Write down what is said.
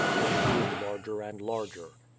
which grew larger and larger.